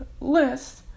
list